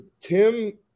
Tim